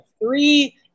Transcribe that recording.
three